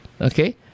okay